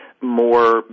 more